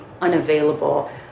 unavailable